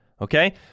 Okay